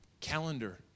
calendar